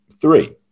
three